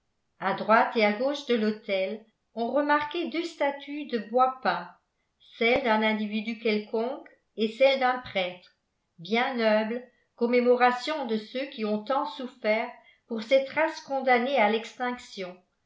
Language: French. a droite et à gauche de l'autel on remarquait deux statues de bois peint celle d'un individu quelconque et celle d'un prêtre bien humble commémoration de ceux qui ont tant souffert pour cette race condamnée à l'extinction